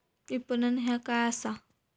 विपणन ह्या काय असा?